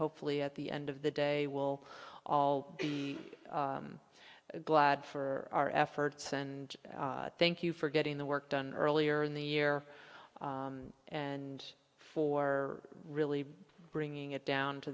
hopefully at the end of the day we'll all be glad for our efforts and thank you for getting the work done earlier in the year and for really bringing it down to